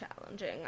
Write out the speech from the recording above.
challenging